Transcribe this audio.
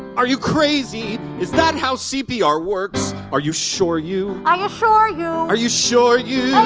are you crazy! is that how cpr works? are you sure you? i assure you. are you sure you?